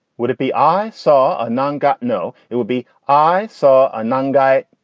would it be. i saw a non got no. it would be. i saw a nun guy.